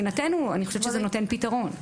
מבחינתנו, אני חושבת שזה נותן פתרון.